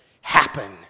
happen